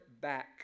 back